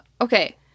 Okay